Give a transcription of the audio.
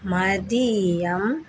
மதியம்